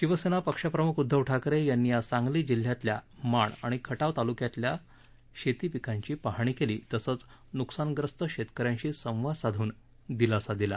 शिवसेना पक्षप्रमुख उद्धव ठाकरे यांनी आज सांगली जिल्ह्यातील माण आणि खटाव तालुक्यातील शेती पिकांची पाहणी केली तसंच नुकसानग्रस्त शेतकऱ्यांशी संवाद साधून दिलासा दिला